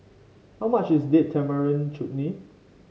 how much is Date Tamarind Chutney